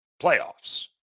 playoffs